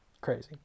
crazy